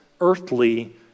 earthly